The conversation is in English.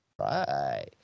Right